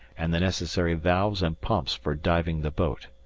and the necessary valves and pumps for diving the boat.